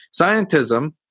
Scientism